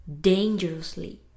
dangerously